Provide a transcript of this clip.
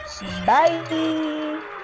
Bye